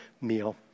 meal